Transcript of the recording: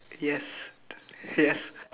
yes yes